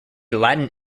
latin